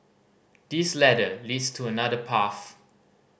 this ladder leads to another path